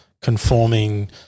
conforming